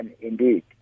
indeed